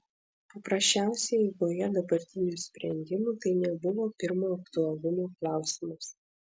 paprasčiausiai eigoje dabartinių sprendimų tai nebuvo pirmo aktualumo klausimas